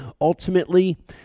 Ultimately